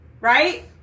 Right